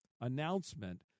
announcement